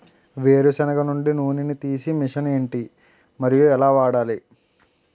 వేరు సెనగ నుండి నూనె నీ తీసే మెషిన్ ఏంటి? మరియు ఎలా వాడాలి?